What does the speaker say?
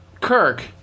Kirk